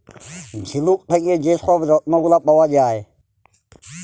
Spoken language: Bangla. ঝিলুক থ্যাকে যে ছব রত্ল গুলা পাউয়া যায়